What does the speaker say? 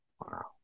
Wow